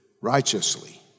righteously